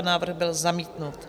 Návrh byl zamítnut.